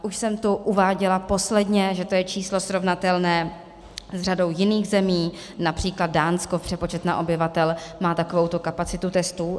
Už jsem tu uváděla posledně, že to je číslo srovnatelné s řadou jiných zemí, například Dánsko, přepočet na obyvatele má takovouto kapacitu testů.